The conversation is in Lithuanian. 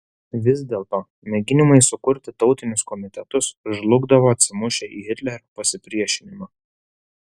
vis dėlto mėginimai sukurti tautinius komitetus žlugdavo atsimušę į hitlerio pasipriešinimą